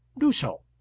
do so.